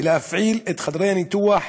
ולהפעיל את חדרי הניתוח